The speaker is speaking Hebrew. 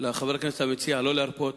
לחבר הכנסת המציע שלא להרפות.